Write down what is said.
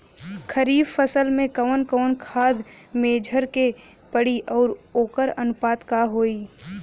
खरीफ फसल में कवन कवन खाद्य मेझर के पड़ी अउर वोकर अनुपात का होई?